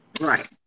Right